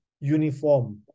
uniform